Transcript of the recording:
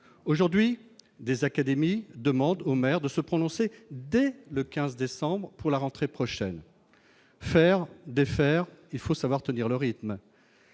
Aujourd'hui, des académies demandent aux maires de se prononcer dès le 15 décembre pour la rentrée prochaine. Faire, défaire, il faut savoir tenir le rythme